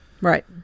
right